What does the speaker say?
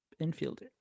infielder